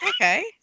okay